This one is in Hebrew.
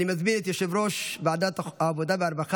ותיכנס לספר החוקים.